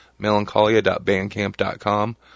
melancholia.bandcamp.com